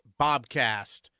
Bobcast